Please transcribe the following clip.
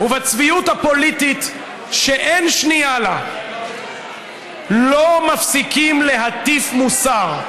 ובצביעות הפוליטית שאין שנייה לה לא מפסיקים להטיף מוסר.